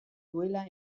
duela